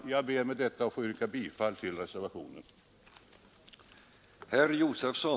Jag ber med detta att få yrka bifall till reservationen.